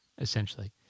essentially